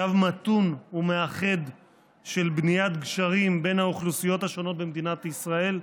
קו מתון ומאחד של בניית גשרים בין האוכלוסיות השונות במדינת ישראל,